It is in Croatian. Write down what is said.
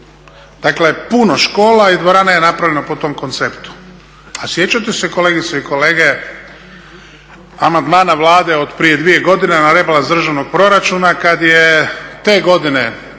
Dakle, puno škola i dvorana je napravljeno po tom konceptu. A sjećate se kolegice i kolege amandmana Vlade od prije 2 godine na rebalans državnog proračuna kada je te godine,